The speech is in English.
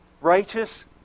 righteous